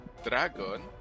Dragon